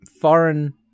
foreign